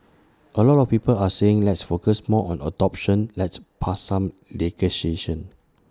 A lot of people are saying let's focus more on adoption let's pass some negotiation